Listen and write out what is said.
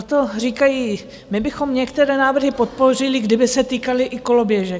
Proto říkají, my bychom některé návrhy podpořili, kdyby se týkaly i koloběžek.